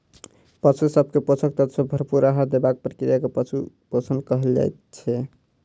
पशु सभ के पोषक तत्व सॅ भरपूर आहार देबाक प्रक्रिया के पशु पोषण कहल जाइत छै